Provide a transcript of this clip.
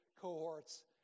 cohorts